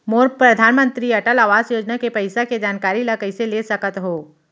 मोर परधानमंतरी अटल आवास योजना के पइसा के जानकारी ल कइसे ले सकत हो?